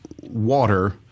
water